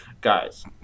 guys